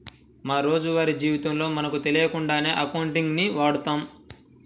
మా రోజువారీ జీవితంలో మనకు తెలియకుండానే అకౌంటింగ్ ని వాడతాం